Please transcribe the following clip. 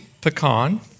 pecan